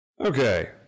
Okay